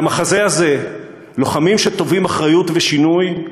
את המחזה הזה, לוחמים שתובעים אחריות ושינוי,